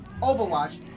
Overwatch